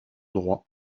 droit